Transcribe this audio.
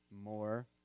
more